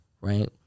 Right